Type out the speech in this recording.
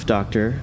Doctor